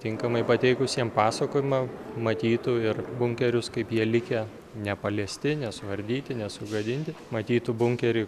tinkamai pateikusiem pasakojimą matytų ir bunkerius kaip jie likę nepaliesti nesuardyti nesugadinti matytų bunkerį